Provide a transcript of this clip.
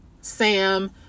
Sam